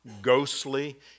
ghostly